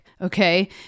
okay